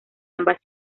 ambas